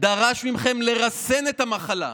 דרש מכם לרסן את המחלה,